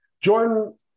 Jordan